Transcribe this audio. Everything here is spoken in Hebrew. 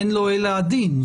אין לו אלא הדין,